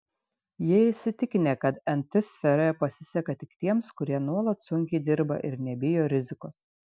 jie įsitikinę kad nt sferoje pasiseka tik tiems kurie nuolat sunkiai dirba ir nebijo rizikos